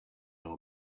know